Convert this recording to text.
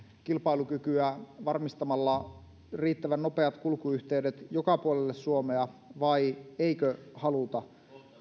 kilpailukykyä varmistamalla riittävän nopeat kulkuyhteydet joka puolelle suomea vai eikö haluta